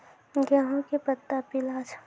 गेहूँ के पत्ता पीला छै?